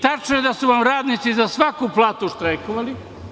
Tačno je da su vam radnici za svaku platu štrajkovali.